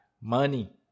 money